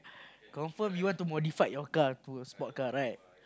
confirm you want to modified your car to a sport car right